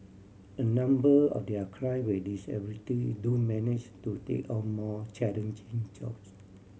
a number of their client with disability do manage to take on more challenging jobs